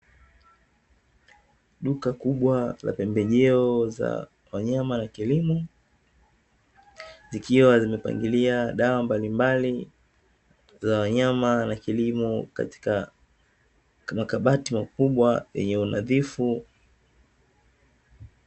Duka kubwa la pembejeo za wanyama na kilimo, zikiwa zimepangilia dawa mbalimbali za wanyama na kilimo, katika makabati makubwa yenye unadhifu.